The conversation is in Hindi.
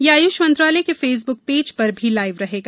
यह आयुष मंत्रालय के फेसबुक पेज पर भी लाइव रहेगा